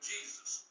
Jesus